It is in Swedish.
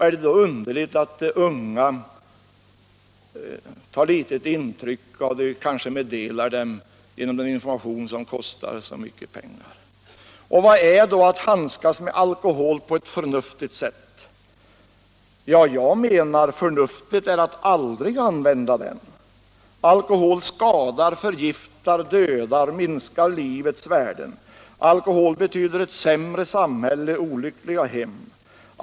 Är det då underligt att de unga tar så litet intryck av vår information, som kostar så mycket pengar? Vad är då att ”handskas med alkohol på ett förnuftigt sätt”? Jag menar: förnuftigt är att aldrig använda alkohol. Alkohol skadar, förgiftar, dödar, minskar livets värden. Alkohol betyder ett sämre samhälle, olyckliga hem.